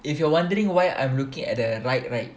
if you are wondering why I'm looking at the right right